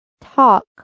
Talk